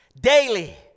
daily